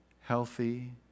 healthy